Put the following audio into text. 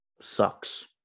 sucks